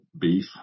beef